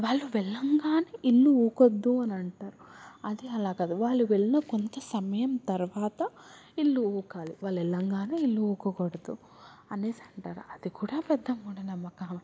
వాళ్ళు వెళ్ళగానే ఇల్లు వూకద్దు అని అంటారు అది అలా కాదు వాళ్ళు వెళ్ళిన కొంత సమయం తర్వాత ఇల్లు వూకాలి వాళ్ళు వెళ్ళంగానే ఇల్లు వూకకూడదు అనేసి అంటారు అది కూడా పెద్ద మూఢనమ్మకం